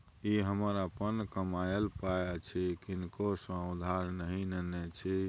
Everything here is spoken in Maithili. ई हमर अपन कमायल पाय अछि किनको सँ उधार नहि नेने छी